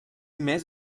mes